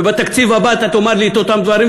ובתקציב הבא אתה תאמר לי את אותם דברים.